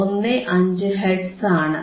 15 hertz ആണ്